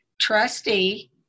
trustee